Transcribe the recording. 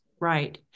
Right